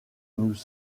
nous